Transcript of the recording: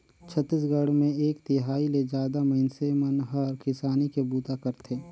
छत्तीसगढ़ मे एक तिहाई ले जादा मइनसे मन हर किसानी के बूता करथे